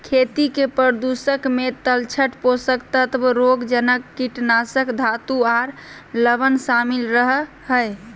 खेती के प्रदूषक मे तलछट, पोषक तत्व, रोगजनक, कीटनाशक, धातु आर लवण शामिल रह हई